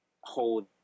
hold